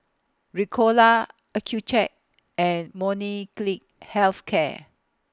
Ricola Accucheck and Health Care